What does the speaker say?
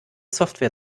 software